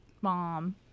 mom